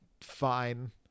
fine